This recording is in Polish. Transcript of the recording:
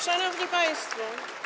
Szanowni Państwo!